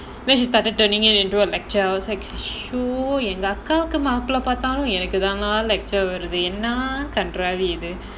then she started turning it into a lecture I was like எங்க அக்காளுக்கு மாப்பிள பார்த்தாலும் எனக்கு தானா:enga akkalukku maappilla paarthaalum enakku thaanaa lecture வருது என்ன கண்ராவி இது:varuthu enna kandraavi idhu